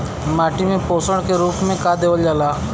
माटी में पोषण के रूप में का देवल जाला?